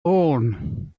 own